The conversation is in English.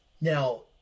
Now